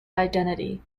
identity